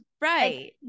Right